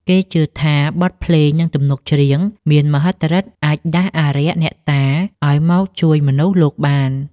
គេជឿថាបទភ្លេង និងទំនុកច្រៀងមានមហិទ្ធិឫទ្ធិអាចដាស់អារក្សអ្នកតាឱ្យមកជួយមនុស្សលោកបាន។